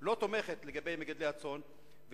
ולא תומכת במגדלי הצאן,